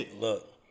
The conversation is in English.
Look